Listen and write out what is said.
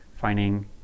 finding